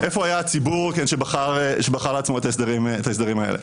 איפה היה הציבור שבחר לעצמו את ההסדרים האלה?